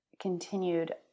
continued